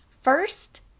First